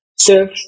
Serve